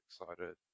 excited